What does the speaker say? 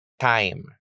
time